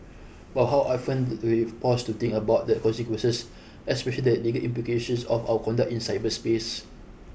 but how often do we pause to think about the consequences especial the legal implications of our conduct in cyberspace